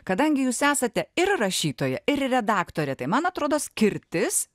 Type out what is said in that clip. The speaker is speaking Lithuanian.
kadangi jūs esate ir rašytoja ir redaktorė tai man atrodo skirtis